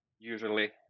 usually